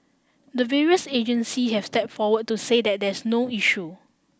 the various agencies have step forward to say that there's no issue